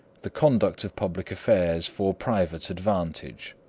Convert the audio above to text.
the conduct of public affairs for private advantage.